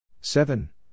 Seven